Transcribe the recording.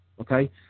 Okay